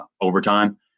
overtime